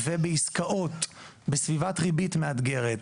ובעסקאות בסביבת ריבית מאתגרת,